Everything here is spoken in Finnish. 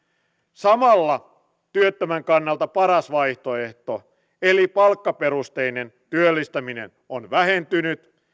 samalla työttömän kannalta paras vaihtoehto eli palkkaperusteinen työllistäminen on vähentynyt